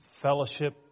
fellowship